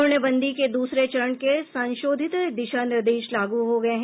पूर्णबंदी के दूसरे चरण के संशोधित दिशा निर्देश लागू हो गये हैं